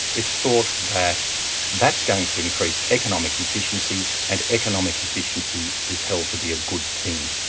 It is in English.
it's thought that that's going to increase economic efficiency, and economic efficiency is held to be a good thing.